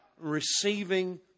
receiving